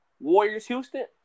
Warriors-Houston